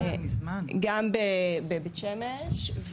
גם בבית שמש.